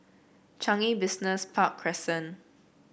Changi Business Park Crescent